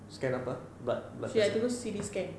scan apa but but last time